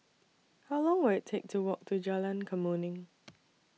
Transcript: How Long Will IT Take to Walk to Jalan Kemuning